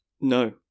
No